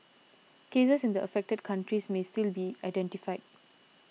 cases in the affected countries may still be identified